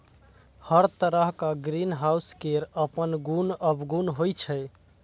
हर तरहक ग्रीनहाउस केर अपन गुण अवगुण होइ छै